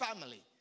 family